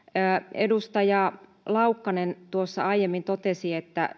edustaja laukkanen tuossa aiemmin totesi että